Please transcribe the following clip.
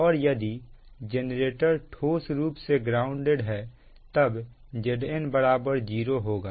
और यदि जेनरेटर ठोस रूप से ग्राउंडेड है तब Zn 0 होगा